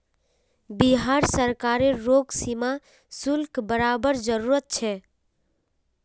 बिहार सरकार रोग सीमा शुल्क बरवार जरूरत छे